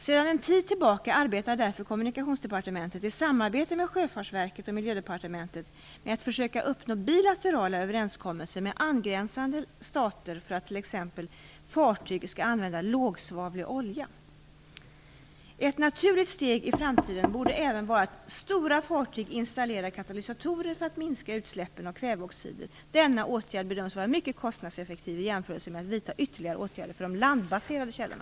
Sedan en tid tillbaka arbetar därför Kommunikationsdepartementet, i samarbete med Sjöfartsverket och Miljödepartementet, med att försöka uppnå bilaterala överenskommelser med angränsande stater för att t.ex. fartyg skall använda låggsvavlig olja. Ett naturligt steg i framtiden borde även vara att stora fartyg installerar katalysatorer för att minska utsläppen av kväveoxider. Denna åtgärd bedöms vara mycket kostnadseffektiv i jämförelse med att vidta ytterligare åtgärder för de landbaserade källorna.